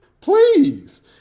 Please